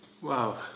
Wow